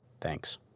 Thanks